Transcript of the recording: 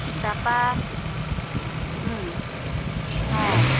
তাৰপৰা অঁ